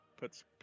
Puts